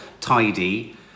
tidy